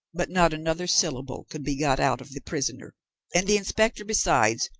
but not another syllable could be got out of the prisoner and the inspector, besides,